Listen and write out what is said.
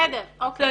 בסדר, אוקיי.